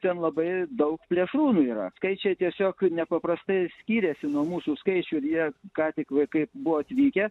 ten labai daug plėšrūnų yra skaičiai tiesiog nepaprastai skiriasi nuo mūsų skaičių ir jie ką tik vaikai buvo atvykę